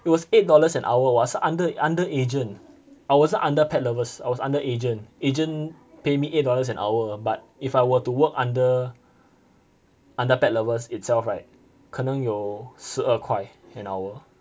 it was eight dollars an hour 是 under agent I wasn't under Pet Lovers I was under agent agent pay me eight dollars an hour but if I were to work under Pet Lovers itself right 可能有十二块 an hour